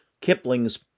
Kipling's